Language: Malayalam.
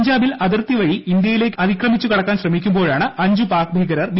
പഞ്ചാബിൽ അതിർത്തി വഴി ഇന്ത്യയിലേക്ക് അതിക്രമിച്ചു കടക്കാൻ ശ്രമിക്കുമ്പോഴാണ് അഞ്ച് പാക് ഭീകരർ ബി